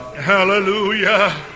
hallelujah